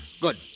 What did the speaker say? Good